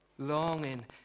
longing